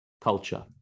culture